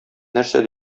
нәрсә